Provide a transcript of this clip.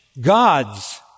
gods